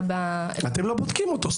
אתם לא בודקים אותו.